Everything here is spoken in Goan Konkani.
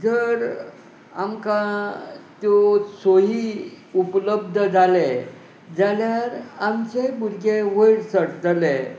जर आमकां त्यो सोयी उपलब्ध जाले जाल्यार आमचे भुरगे वयर सरतले